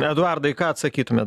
eduardai ką atsakytumėt